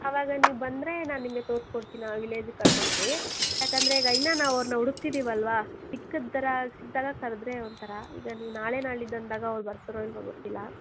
ಅವಾಗ ನೀವು ಬಂದರೆ ನಾನು ನಿಮಗೆ ತೋರ್ಸಿ ಕೊಡ್ತೀನಿ ಆ ವಿಲೇಜಿಗೆ ಕರ್ಕೊಂಡೋಗಿ ಯಾಕಂದರೆ ಈಗ ಇನ್ನು ನಾವು ಅವ್ರನ್ನ ಹುಡುಕ್ತಿದಿವಲ್ವ ಸಿಕ್ಕಿದ ಥರ ಸಿಕ್ಕಿದಾಗ ಕರೆದ್ರೆ ಒಂಥರ ಈಗ ನೀವು ನಾಳೆ ನಾಳಿದ್ದು ಅಂದಾಗ ಅವ್ರು ಬರ್ತಾರೋ ಇಲ್ಲವೋ ಗೊತ್ತಿಲ್ಲ